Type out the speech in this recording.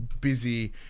busy